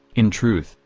in truth,